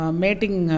mating